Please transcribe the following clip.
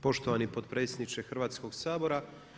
Poštovani potpredsjedniče Hrvatskoga sabora.